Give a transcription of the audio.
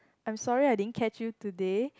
I'm sorry I didn't catch you today